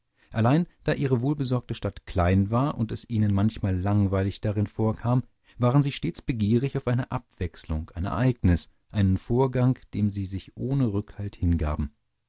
allein da ihre wohlbesorgte stadt klein war und es ihnen manchmal langweilig darin vorkam waren sie stets begierig auf eine abwechslung ein ereignis einen vorgang dem sie sich ohne rückhalt hingaben